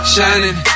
Shining